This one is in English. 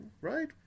right